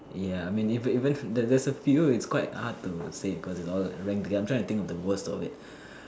ya I mean even there's there's a few it's quite hard to say cause it's all ranked to I'm trying to think of the worst of it